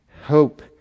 Hope